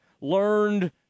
learned